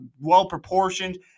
well-proportioned